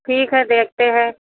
ठीक है देखते हैं